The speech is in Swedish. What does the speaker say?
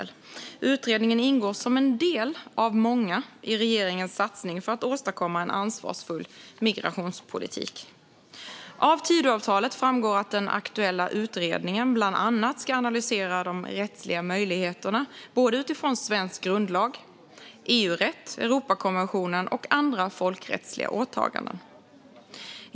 Utredningen ingår som en del av många i regeringens satsning för att åstadkomma en ansvarsfull migrationspolitik. Av Tidöavtalet framgår att den aktuella utredningen bland annat ska analysera de rättsliga möjligheterna utifrån både svensk grundlag, EU-rätten, Europakonventionen och andra folkrättsliga åtaganden.